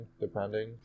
depending